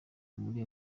muri